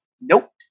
Nope